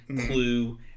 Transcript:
Clue